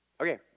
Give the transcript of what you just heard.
Okay